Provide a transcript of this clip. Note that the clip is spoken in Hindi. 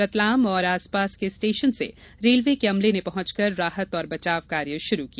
रतलाम और आसपास के स्टेशन से रेलवे के अमले ने पहुंचकर राहत और बचाव कार्य शुरू किया